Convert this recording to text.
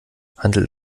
handelt